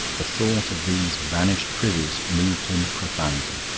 the thought of these vanished privies moved him profoundly.